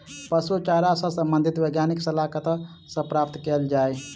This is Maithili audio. पशु चारा सऽ संबंधित वैज्ञानिक सलाह कतह सऽ प्राप्त कैल जाय?